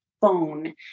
phone